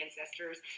ancestors